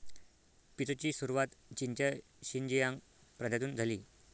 पीचची सुरुवात चीनच्या शिनजियांग प्रांतातून झाली